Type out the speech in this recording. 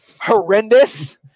horrendous